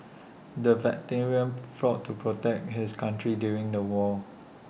the veteran fought to protect his country during the war